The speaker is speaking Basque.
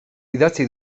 idatzi